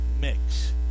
mix